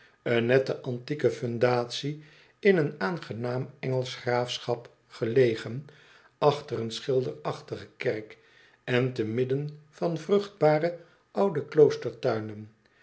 een nette antieke fundatie in een aangenaam engelsch graafschap gelegen achter een schilderachtige kerk en te midden van vruchtbare oude